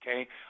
okay